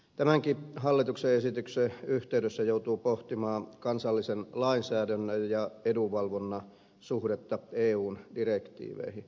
tämänkin hallituksen esityksen yhteydessä joutuu pohtimaan kansallisen lainsäädännön ja edunvalvonnan suhdetta eun direktiiveihin